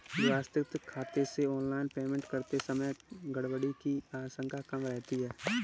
व्यवस्थित खाते से ऑनलाइन पेमेंट करते समय गड़बड़ी की आशंका कम रहती है